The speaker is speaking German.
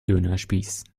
dönerspieß